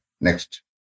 Next